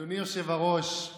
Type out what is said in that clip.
אדוני היושב-ראש,